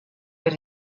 per